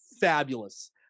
fabulous